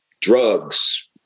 drugs